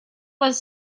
was